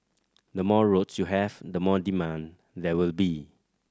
the more roads you have the more demand there will be